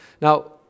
Now